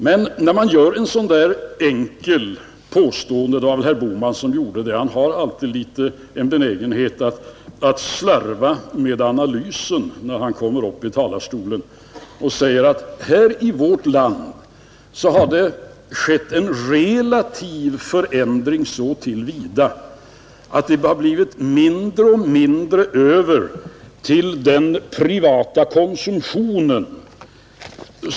Men när man gör ett sådant där enkelt påstående — det var väl herr Bohman som gjorde det; herr Bohman har alltid en benägenhet att slarva med analysen när han kommer upp i talarstolen. Han säger att här i vårt land har det skett en relativ förändring så till vida att det har blivit mindre och mindre över till den privata konsumtionen.